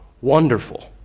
wonderful